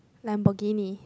Lamborghini